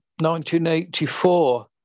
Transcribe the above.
1984